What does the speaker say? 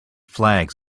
flags